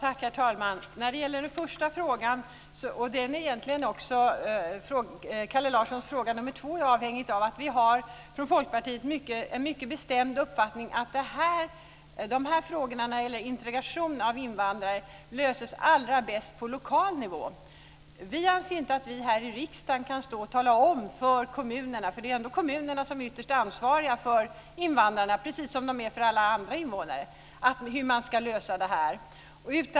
Herr talman! Vi från Folkpartiet har en mycket bestämd uppfattning. Frågorna om integration av invandrare löses allra bäst på lokal nivå. Vi anser inte att vi här i riksdagen ska tala om för kommunerna - det är ändå kommunerna som är ytterst ansvariga för invandrarna, precis som de är för alla andra invånare - hur detta ska lösas.